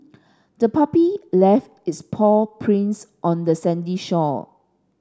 the puppy left its paw prints on the sandy shore